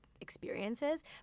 experiences